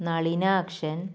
Nalinakshan